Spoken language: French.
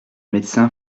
médecin